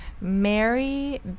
Mary